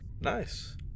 Nice